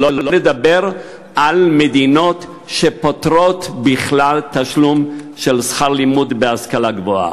שלא לדבר על מדינות שפוטרות בכלל מתשלום של שכר לימוד בהשכלה גבוהה.